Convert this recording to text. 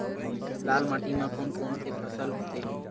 लाल माटी म कोन कौन से फसल होथे?